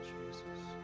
Jesus